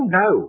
no